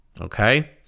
okay